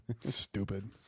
Stupid